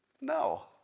No